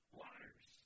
waters